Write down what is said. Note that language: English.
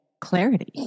clarity